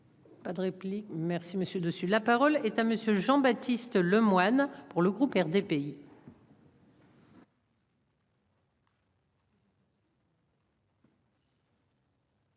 Pas de réplique merci messieurs dessus. La parole est à monsieur Jean-Baptiste Lemoyne pour le groupe RDPI.